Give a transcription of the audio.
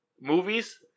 movies